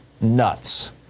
nuts